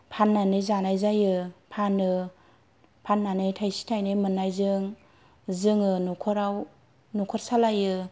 फाननानै जानाय जायो फानो फाननानै थायसे थायनै मोननायजों जोङो न'खराव न'खर सालायो